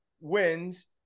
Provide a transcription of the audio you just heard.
wins